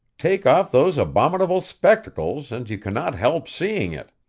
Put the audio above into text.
take off those abominable spectacles, and you cannot help seeing it